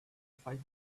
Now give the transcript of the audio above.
fight